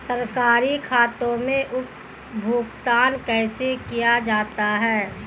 सरकारी खातों में भुगतान कैसे किया जाता है?